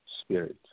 Spirit